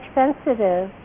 sensitive